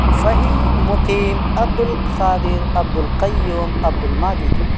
Fahim Muqeem Abdul Qadir Abdul Qayyum Abdul Majid